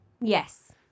Yes